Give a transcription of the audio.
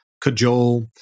cajole